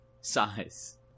size